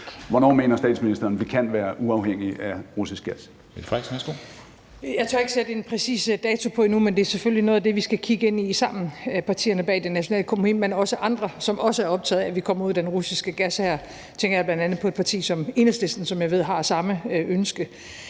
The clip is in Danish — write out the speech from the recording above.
Kristensen): Mette Frederiksen, værsgo. Kl. 13:14 Mette Frederiksen (S): Jeg tør ikke sætte en præcis dato på endnu, men det er selvfølgelig noget af det, vi skal kigge på sammen, altså partierne bag det nationale kompromis, men også andre, som også er optaget af, at vi kommer ud af at skulle bruge den russiske gas. Her tænker jeg bl.a. på et parti som Enhedslisten, som jeg ved har samme ønske.